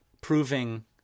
proving